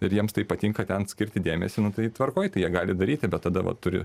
ir jiems tai patinka ten skirti dėmesį nu tai tvarkoj tai jie gali daryti bet tada vat turi